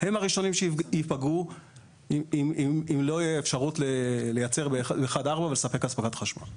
הם הראשונים שייפגעו אם לא תהיה אפשרות לייצר ב-4-1 ולספק אספקת חשמל.